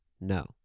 No